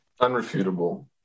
unrefutable